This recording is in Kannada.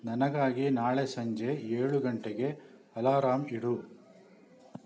ನನಗಾಗಿ ನಾಳೆ ಸಂಜೆ ಏಳು ಗಂಟೆಗೆ ಅಲಾರಾಂ ಇಡು